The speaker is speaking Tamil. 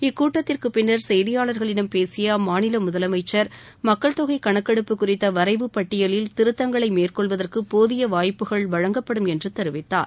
இக்கூட்டத்திற்கு பின்னா் செய்தியாளா்களிடம் பேசிய அம்மாநில முதலமைச்சா் மக்கள் தொகை கணக்கெடுப்பு குறித்த வரைவு பட்டியலில் திருத்தங்களை மேற்கொள்வதற்கு போதிய வாய்ப்புகள் வழங்கப்படும் என்று தெரிவித்தார்